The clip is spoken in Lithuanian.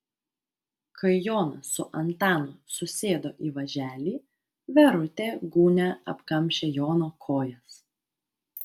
kai jonas su antanu susėdo į važelį verutė gūnia apkamšė jono kojas